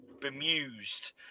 bemused